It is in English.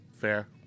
Fair